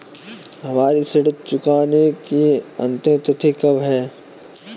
हमारी ऋण चुकाने की अंतिम तिथि कब है?